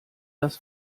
das